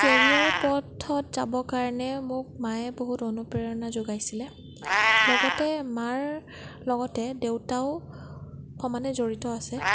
মোৰ কেৰিয়াৰৰ পথত যাব ৰকাৰণে মোক মায়ে বহুত অনুপ্ৰেৰণা যোগাইছিল লগতে মাৰ লগতে দেউতাও সমানে জড়িত আছে